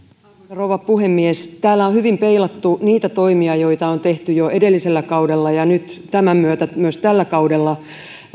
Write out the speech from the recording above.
rouva puhemies täällä on hyvin peilattu niitä toimia joita on tehty jo edellisellä kaudella ja nyt tämän myötä myös tällä kaudella